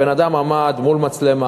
בן-אדם עמד מול מצלמה,